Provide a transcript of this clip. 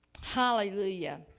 Hallelujah